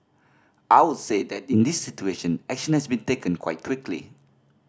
I would say that in this situation action has been taken quite quickly